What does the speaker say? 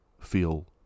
feel